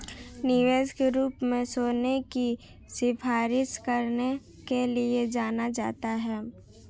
निवेश के रूप में सोने की सिफारिश करने के लिए जाना जाता है